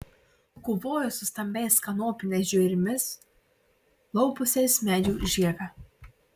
kovojo su stambiais kanopiniais žvėrimis laupiusiais medžių žievę